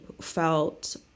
felt